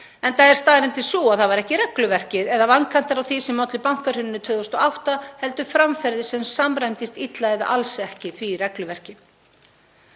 enda er staðreyndin sú að það var ekki regluverkið, eða vankantar á því, sem olli bankahruninu 2008 heldur framferði sem samræmdist illa eða alls ekki því regluverki.